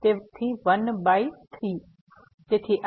તેથી 1 બાય 3